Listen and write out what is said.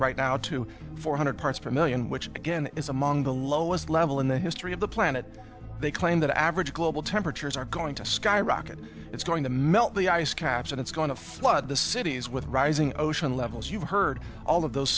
right now to four hundred parts per million which again is among the lowest level in the history of the planet they claim that average global temperatures are going to skyrocket it's going to melt the ice caps and it's going to flood the cities with rising ocean levels you've heard all of those